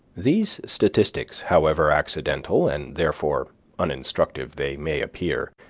these statistics, however accidental and therefore uninstructive they may appear,